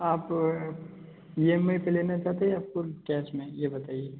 आप E M I पे लेना चाहते है या फुल कैश में ये बताइये